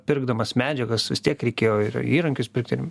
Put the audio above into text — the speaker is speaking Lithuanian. pirkdamas medžiagas vis tiek reikėjo ir įrankius pirkti